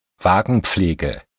Wagenpflege